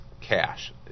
cash